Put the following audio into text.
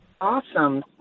Awesome